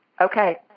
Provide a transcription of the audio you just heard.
Okay